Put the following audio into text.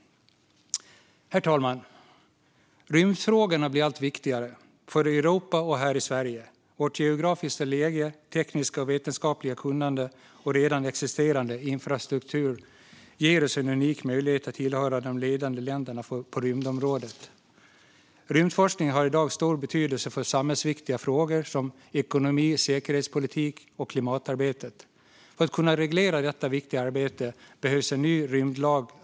Herr talman! Rymdfrågorna blir allt viktigare för Europa och här i Sverige. Vårt geografiska läge, vårt tekniska och vetenskapliga kunnande och redan existerande infrastruktur ger oss en unik möjlighet att tillhöra de ledande länderna på rymdområdet. Rymdforskning har i dag stor betydelse för samhällsviktiga frågor som ekonomi, säkerhetspolitik och klimatarbete. För att kunna reglera detta viktiga arbete behöver vi anta en ny rymdlag.